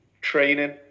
training